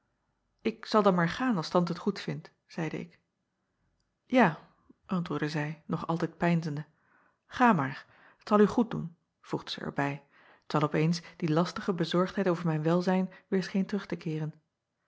k zal dan maar gaan als ante t goedvindt zeide ik a antwoordde zij nog altijd peinzende ga maar dat zal u goed doen voegde zij er bij terwijl op eens die lastige bezorgdheid over mijn welzijn weêr scheen terug te keeren